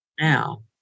now